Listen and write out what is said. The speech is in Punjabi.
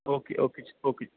ਓਕੇ ਓਕੇ ਜੀ ਓਕੇ